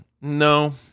no